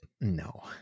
No